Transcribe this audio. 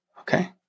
Okay